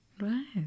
Right